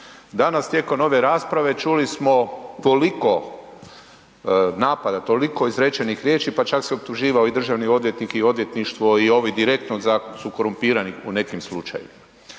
Danas tijekom ove rasprave, čuli smo koliko napada, toliko izrečenih riječi pa čak se optuživao i državni odvjetnik i odvjetništvo i ovi direktni su korumpirani u nekim slučajevima.